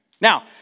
now